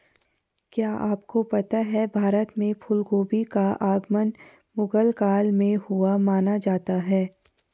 क्या आपको पता है भारत में फूलगोभी का आगमन मुगल काल में हुआ माना जाता है?